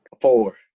Four